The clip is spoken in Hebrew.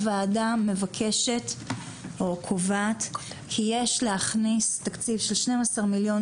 הוועדה מבקשת או קובעת כי יש להכניס תקציב שעומד על כ-12 מיליון